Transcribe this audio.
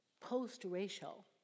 post-racial